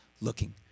looking